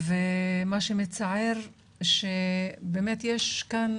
מה שמצער זה שבאמת, יש כאן